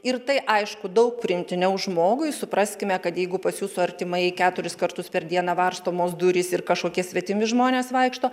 ir tai aišku daug priimtiniau žmogui supraskime kad jeigu pas jūsų artimąjį keturis kartus per dieną varstomos durys ir kažkokie svetimi žmonės vaikšto